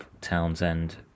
Townsend